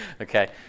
Okay